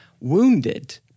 wounded